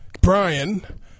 brian